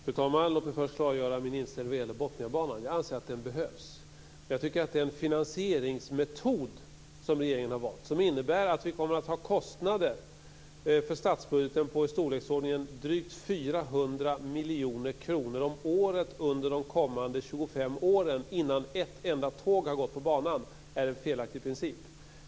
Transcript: Fru talman! Låt mig först klargöra min inställning när det gäller Botniabanan. Jag anser att den behövs. Jag tycker att den finansieringsmetod som regeringen har valt, och som innebär att vi kommer att få kostnader för statsbudgeten på i storleksordningen drygt 400 miljoner kronor om året under de kommande 25 åren innan ett enda tåg har gått på banan, är felaktig.